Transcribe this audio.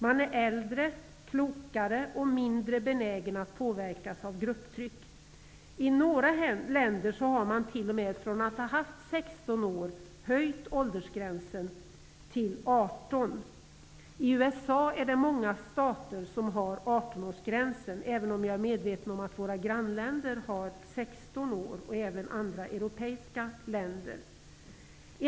Man är äldre och klokare och mindre benägen att påverkas av grupptryck. I några länder har man t.o.m. från att ha haft 16 år höjt åldersgränsen till 18 år. I USA är det många stater som har 18-årsgränsen, men jag är medveten om att våra grannländer och även andra europeiska länder har 16 år.